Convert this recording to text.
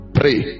pray